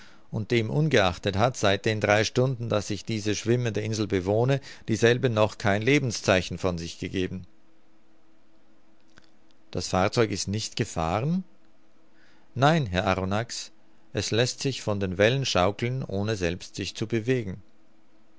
und demungeachtet hat seit den drei stunden daß ich diese schwimmende insel bewohne dieselbe noch kein lebenszeichen von sich gegeben das fahrzeug ist nicht gefahren nein herr arronax es läßt sich von den wellen schaukeln ohne selbst sich zu bewegen